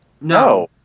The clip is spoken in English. No